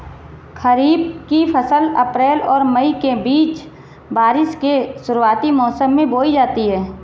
खरीफ़ की फ़सल अप्रैल और मई के बीच, बारिश के शुरुआती मौसम में बोई जाती हैं